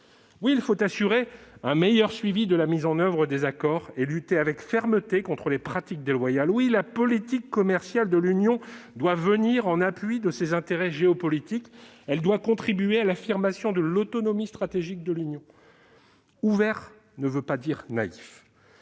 Oui, il faut assurer un meilleur suivi de la mise en oeuvre des accords et lutter avec fermeté contre les pratiques déloyales. Oui, la politique commerciale de l'Union doit venir en appui de ses intérêts géopolitiques et doit contribuer à l'affirmation de l'autonomie stratégique de l'Union. Ouvert ne veut pas dire naïf.